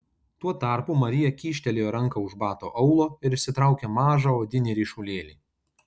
tuo tarpu marija kyštelėjo ranką už bato aulo ir išsitraukė mažą odinį ryšulėlį